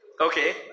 okay